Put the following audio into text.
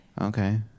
Okay